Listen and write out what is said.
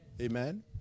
Amen